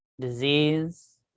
disease